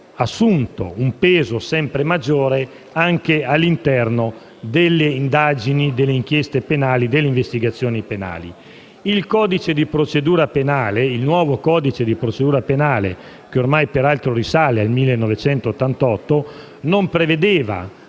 assunto un peso sempre maggiore anche all'interno delle indagini, delle inchieste e delle investigazioni penali. Il nuovo codice di procedura penale, che peraltro risale ormai al 1988, non prevedeva